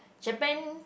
Japan